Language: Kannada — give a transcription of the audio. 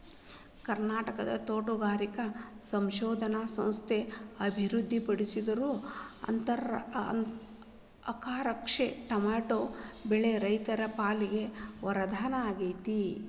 ಕರ್ನಾಟಕದ ತೋಟಗಾರಿಕಾ ಸಂಶೋಧನಾ ಸಂಸ್ಥೆ ಅಭಿವೃದ್ಧಿಪಡಿಸಿರೋ ಅರ್ಕಾರಕ್ಷಕ್ ಟೊಮೆಟೊ ಬೆಳೆ ರೈತರ ಪಾಲಿಗೆ ವರದಾನ ಆಗೇತಿ